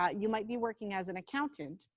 ah you might be working as an accountant.